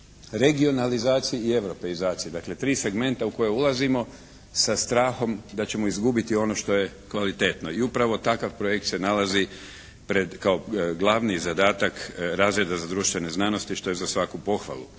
regionalizaciji i europeizaciji, dakle tri segmenta u koje ulazimo sa strahom da ćemo izgubiti ono što je kvalitetno. I upravo takav projekt se nalazi kao glavni zadatak razreda za društvene znanosti što je za svaku pohvalu.